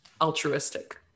altruistic